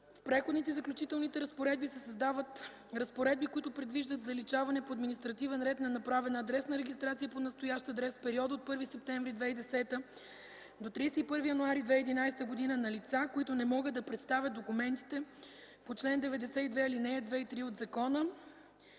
В Преходните и заключителните разпоредби се създават разпоредби, които предвиждат заличаване по административен ред на направена адресна регистрация по настоящ адрес в периода от 1 септември 2010 г. до 31 януари 2011 г. на лица, които не могат да представят документите по чл. 92, алинеи 2 и 3 от закона.